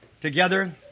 together